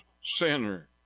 sinner